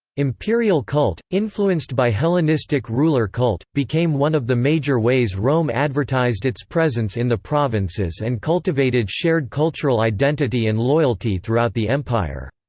imperial cult, influenced by hellenistic ruler cult, became one of the major ways rome advertised its presence in the provinces and cultivated shared cultural identity and loyalty throughout the empire.